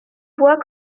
voit